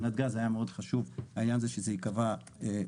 לנתגז היה מאוד חשוב העניין הזה שזה ייקבע בחוק